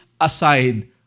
aside